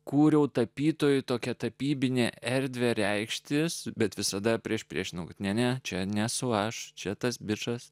kūriau tapytojui tokia tapybinė erdvę reikštis bet visada priešpriešinama ne ne čia nesu aš čia tas bičas